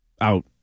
out